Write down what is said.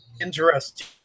Interesting